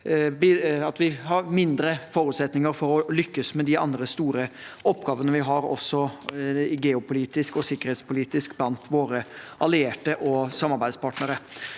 at vi har mindre forutsetninger for å lykkes med de andre store oppgavene vi har, også geopolitisk og sikkerhetspolitisk, blant våre allierte og samarbeidspartnere.